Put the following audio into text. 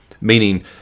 meaning